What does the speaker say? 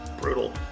brutal